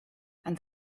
and